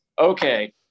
okay